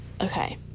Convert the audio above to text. Okay